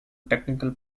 technical